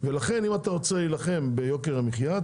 ולכן אם אתה רוצה להילחם ביוקר המחיה,